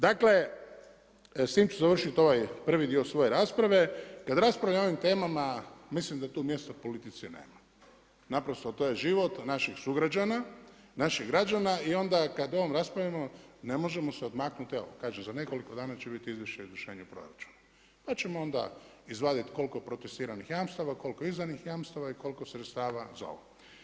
Dakle, s tim ću završiti ovaj prvi dio svoje rasprave kada raspravljamo o ovim temama mislim da tu mjesta politici nema, naprosto to je život naših sugrađana, naših građana i onda kada o ovome raspravljamo ne možemo se odmaknuti evo kažem, za nekoliko dana će biti izvješće o izvršenju proračuna pa ćemo onda izvaditi koliko … jamstava, koliko izdanih jamstava i koliko sredstava za ovo.